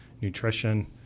nutrition